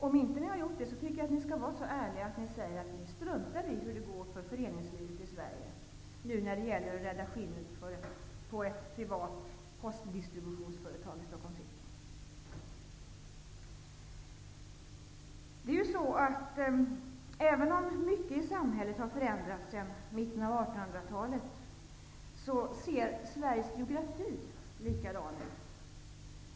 Om inte, tycker jag att ni skall vara så ärliga att ni säger att ni struntar i hur det går för föreningslivet, nu när det gäller att rädda skinnet på ett privat postdistributionsföretag i Stockholms city. Även om mycket i samhället har förändrats sedan mitten av 1800-talet ser Sveriges geografi likadan ut.